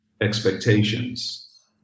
expectations